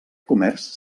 comerç